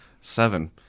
Seven